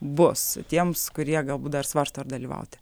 bus tiems kurie galbūt dar svarsto ar dalyvauti